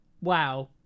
Wow